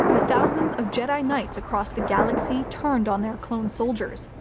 the thousands of jedi knights across the galaxy turned on their clone soldiers,